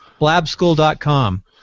blabschool.com